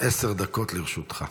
עשר דקות לרשותך.